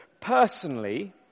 personally